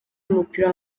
w’umupira